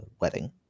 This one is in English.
wedding